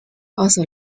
also